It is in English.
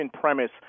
premise